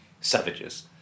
savages